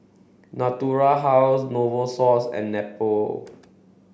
Natura House Novosource and Nepro